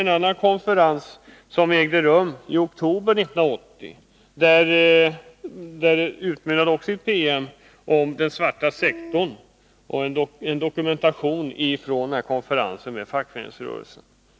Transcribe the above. En annan konferens, som ägde rum i oktober 1980, utmynnade också i en promemoria, som handlade om den svarta sektorn.